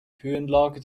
höhenlage